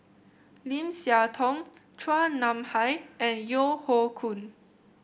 Lim Siah Tong Chua Nam Hai and Yeo Hoe Koon